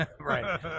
Right